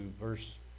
verse